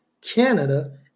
Canada